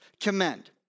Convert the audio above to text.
Commend